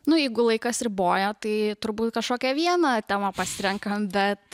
nu jeigu laikas riboja tai turbūt kažkokią vieną temą pasirenkam bet